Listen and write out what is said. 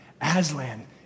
Aslan